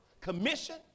commission